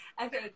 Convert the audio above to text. Okay